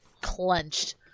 clenched